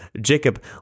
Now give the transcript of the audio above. Jacob